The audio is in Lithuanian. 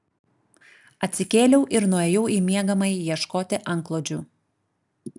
atsikėliau ir nuėjau į miegamąjį ieškoti antklodžių